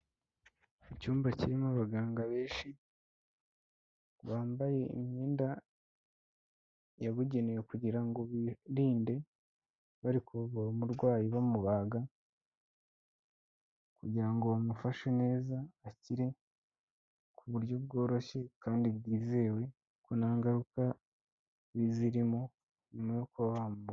Icyumba kirimo abaganga benshi bambaye imyenda yabugenewe kugira ngo birinde bari kuvura umurwayi bamubaga, kugira ngo bamufashe neza akire ku buryo bworoshye kandi bwizewe; ko nta ngaruka mbi zirimo nyuma yo kuba bamu...